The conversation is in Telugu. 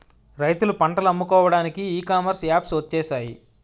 రైతులు పంటలు అమ్ముకోవడానికి ఈ కామర్స్ యాప్స్ వచ్చేసాయి